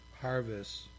harvest